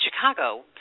Chicago